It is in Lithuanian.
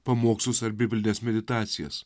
pamokslus ar biblines meditacijas